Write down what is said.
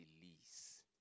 release